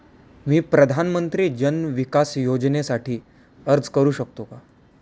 मी प्रधानमंत्री जन विकास योजनेसाठी अर्ज करू शकतो का?